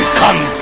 come